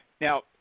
now